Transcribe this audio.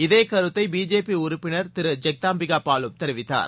இதேகருத்தைபிஜேபிஉறுப்பினர் திருஜெக்தாம்பிகாபாலும் தெரிவித்தார்